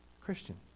Christian